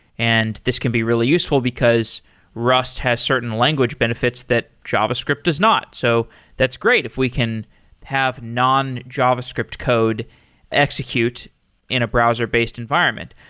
and this can be really useful, because rust has certain language benefits that javascript does not. so that's great if we can have non javascript code execute in a browser-based environment.